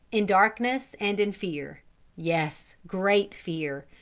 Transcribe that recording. in darkness and in fear yes, great fear,